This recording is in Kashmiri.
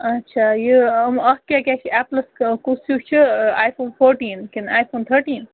اچھا یہِ اَتھ کیٛاہ کیٛاہ چھِ اٮ۪پلَس کُس ہیو چھُ آی فون فوٹیٖن کِنہٕ آی فون تھٔٹیٖن